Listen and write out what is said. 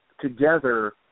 together